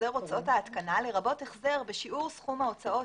"החזר הוצאות ההתקנה" - לרבות החזר בשיעור סכום ההוצאות